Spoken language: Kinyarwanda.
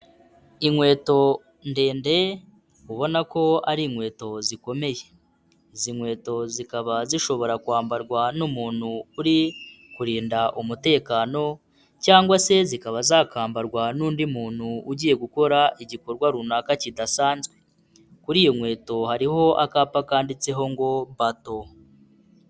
Inkweto ndende ubona ko ari inkweto zikomeye, izi nkweto zikaba zishobora kwambarwa n'umuntu uri kurinda umutekano cyangwa se zikaba zakambarwa n'undi muntu ugiye gukora igikorwa runaka kidasanzwe, kuri iyo nkweto hariho akapa kanditseho ngo Bato.